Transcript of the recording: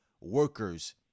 workers